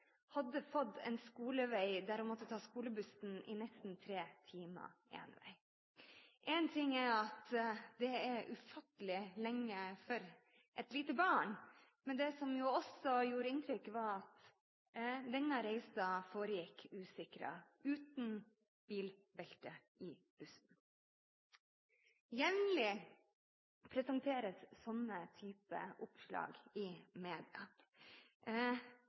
hadde fått en skolevei der hun måtte ta skolebussen i nesten tre timer én vei. En ting er at det er ufattelig lenge for et lite barn, men det som også gjorde inntrykk, var at denne reisen foregikk usikret, uten bilbelte i bussen. Jevnlig presenteres slike typer oppslag i media.